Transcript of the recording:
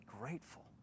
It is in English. grateful